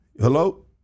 Hello